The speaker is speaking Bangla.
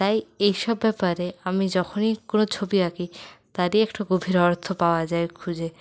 তাই এসব ব্যাপারে আমি যখনই কোনও ছবি আঁকি তারই একটু গভীর অর্থ পাওয়া যায় খুঁজে